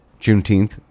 Juneteenth